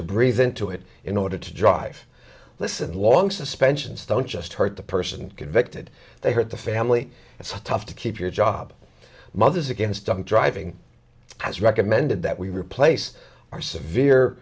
to breathe into it in order to drive listen long suspensions don't just hurt the person convicted they hurt the family it's tough to keep your job mothers against drunk driving has recommended that we replace our severe